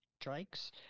strikes